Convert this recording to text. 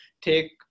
take